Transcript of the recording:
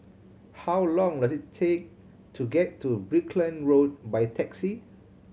how long does it take to get to Brickland Road by taxi